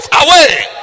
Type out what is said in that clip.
away